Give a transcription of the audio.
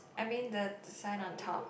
I mean the sign on top